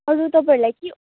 अहिले तपाईँहरूलाई के